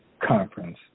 conference